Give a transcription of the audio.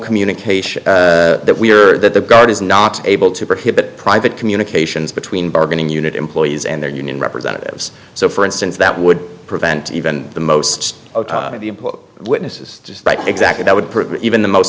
communication that we are that the guard is not able to prohibit private communications between bargaining unit employees and their union representatives so for instance that would prevent even the most of the witnesses just exactly that would prove even the most